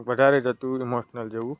વધારે જતું ઈમોશનલ જેવું